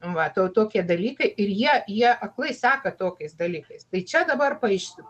va to tokie dalykai ir jie jie aklai sako tokiais dalykais tai čia dabar paaiš